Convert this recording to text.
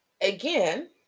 Again